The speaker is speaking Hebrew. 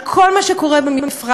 על כל מה שקורה במפרץ,